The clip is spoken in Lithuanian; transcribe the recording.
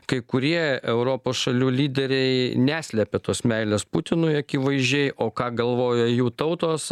kai kurie europos šalių lyderiai neslepia tos meilės putinui akivaizdžiai o ką galvoja jų tautos